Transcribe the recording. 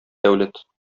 дәүләт